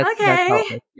Okay